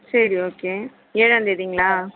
சரி ஓகே ஏழாந்தேதிங்களா